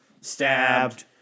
stabbed